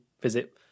visit